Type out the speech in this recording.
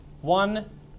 one